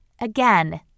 Again